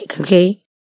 okay